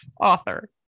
Author